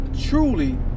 truly